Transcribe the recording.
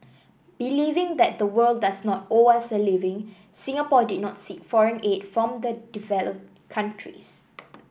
believing that the world does not owe us a living Singapore did not seek foreign aid from the developed countries